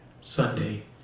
Sunday